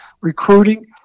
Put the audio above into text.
recruiting